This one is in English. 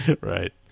Right